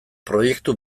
proiektu